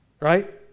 right